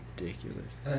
ridiculous